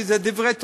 כי זה דברי תורה,